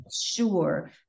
sure